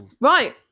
Right